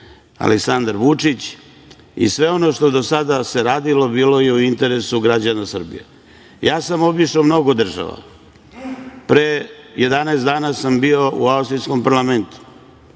Aleksandar Vučić, i sve ono što do sada se radilo bilo je u interesu građana Srbije. Ja sam obišao mnogo država. Pre 11 dana sam bio u austrijskom parlamentu.